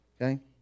Okay